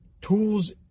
tools